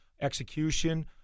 execution